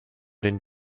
den